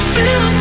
Feel